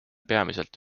peamiselt